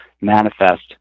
manifest